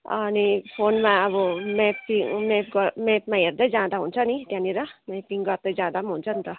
अनि फोनमा अब म्यापिङ म्याप ग म्यापमा हेर्दै जाँदा हुन्छ नि त्यहाँनिर म्यापिङ गर्दै जाँदा पनि हुन्छ नि त